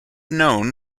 known